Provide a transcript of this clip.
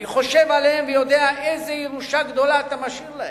אני חושב עליהם ויודע איזה ירושה גדולה אתה משאיר להם,